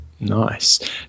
Nice